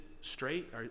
straight